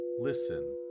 listen